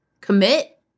Commit